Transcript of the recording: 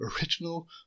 original